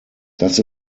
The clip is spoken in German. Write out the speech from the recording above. das